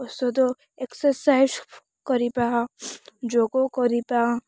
ଔଷଧ ଏକ୍ସରସାଇଜ୍ କରିବା ଯୋଗ କରିବା